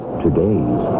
today's